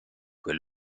quel